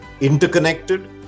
interconnected